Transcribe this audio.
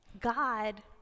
God